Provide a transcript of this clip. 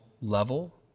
level